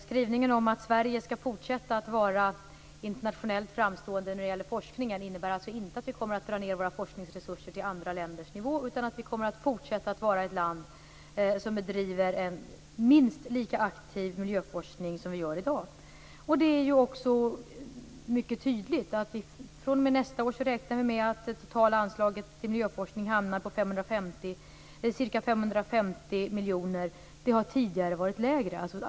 Skrivningen om att Sverige skall fortsätta att vara internationellt framstående när det gäller forskning innebär inte att jag kommer att dra ned våra forskningsresurser till andra länders nivå utan att Sverige kommer att fortsätta att vara ett land som bedriver en minst lika aktiv miljöforskning som i dag. Det är också mycket tydligt. fr.o.m. nästa år räknar vi med att det totala anslaget till miljöforskning hamnar på ca 550 miljoner. Det har tidigare varit lägre.